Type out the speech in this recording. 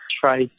try